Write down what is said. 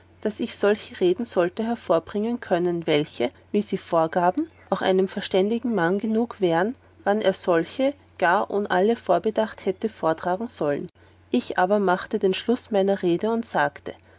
daß ich solche reden sollte vorbringen können welche wie sie vorgaben auch einem verständigen mann genug wären wann er solche so gar ohn allen vorbedacht hätte vortragen sollen ich aber machte den schluß meiner rede und sagte